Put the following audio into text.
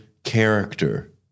Character